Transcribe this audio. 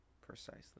precisely